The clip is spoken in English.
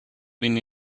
been